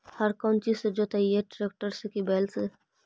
हर कौन चीज से जोतइयै टरेकटर से कि बैल से?